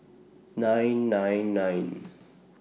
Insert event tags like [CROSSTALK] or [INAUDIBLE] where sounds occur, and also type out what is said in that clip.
nine nine nine [NOISE]